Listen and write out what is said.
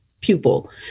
pupil